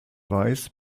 weiß